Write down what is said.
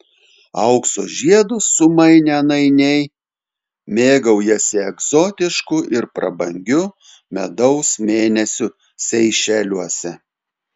aukso žiedus sumainę nainiai mėgaujasi egzotišku ir prabangiu medaus mėnesiu seišeliuose